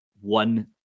one